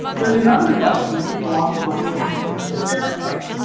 there's another question that people often want to ask, which is a different question.